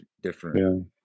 different